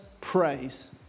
praise